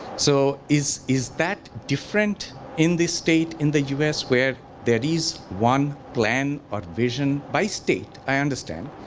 so is is that different in this state in the u s. where there is one plan or vision by state, i understand.